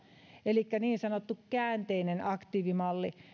elikkä niin sanottu käänteinen aktiivimalli